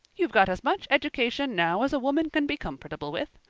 you've got as much education now as a woman can be comfortable with.